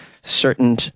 certain